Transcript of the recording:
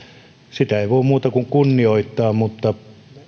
sitä ei voi muuta kuin kunnioittaa mutta